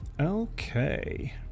Okay